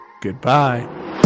Goodbye